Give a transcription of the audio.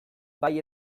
bai